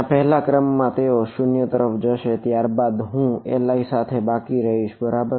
ત્યાં પહેલા ક્રમમાં તેઓ 0 તરફ જશે અને ત્યારબાદ હું Li સાથે જ બાકી રહીશ બરાબર